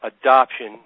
adoption